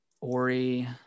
Ori